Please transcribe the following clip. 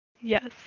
Yes